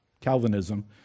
Calvinism